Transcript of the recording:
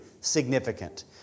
significant